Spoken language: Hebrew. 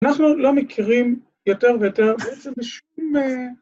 ‫אנחנו לא מכירים יותר ויותר, ‫בעצם בשביל...